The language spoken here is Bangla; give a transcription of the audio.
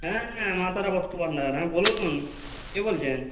হ্যাঁ মা তারা মৎস্য ভাণ্ডার হ্যাঁ বলুন কে বলছেন